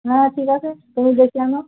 হ্যাঁ ঠিক আছে তুমি ডেকে আনো